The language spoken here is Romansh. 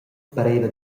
pareva